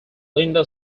linda